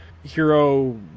hero